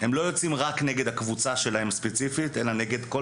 לא יוצאים ספציפית רק נגד הקבוצה שלהם,